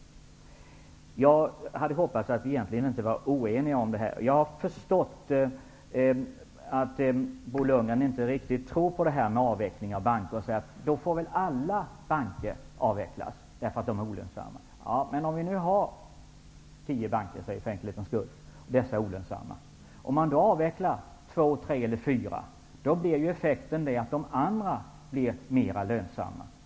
Jag hade hoppats att vi egentligen inte skulle vara oeniga i frågan. Jag har förstått att Bo Lundgren inte riktigt tror på avveckling av banker. Han säger att då får väl alla banker avvecklas eftersom de alla är olönsamma. Låt oss för enkelhetens skull säga att det finns tio olönsamma banker. Om två, tre, eller fyra banker avvecklas, blir effekten att de andra bankerna blir mer lönsamma.